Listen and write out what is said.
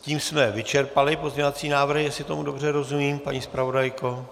Tím jsme vyčerpali pozměňovací návrhy, jestli tomu dobře rozumím, paní zpravodajko?